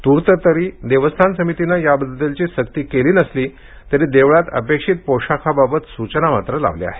तूर्त तरी देवस्थान समितीनं याबद्दलची सक्ती केली नसली तरी देवळात अपेक्षित पोषाखाबाबत सूचना मात्र लावल्या आहेत